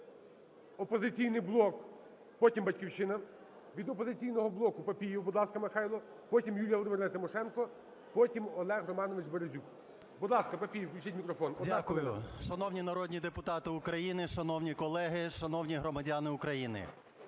Дякую. Шановні народні депутати України, шановні колеги, шановні громадяни України!